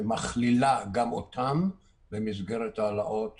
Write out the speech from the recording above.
שמכלילה גם אותם, במסגרת העלאות